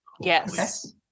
Yes